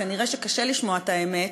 כנראה קשה לשמוע את האמת,